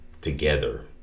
together